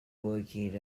located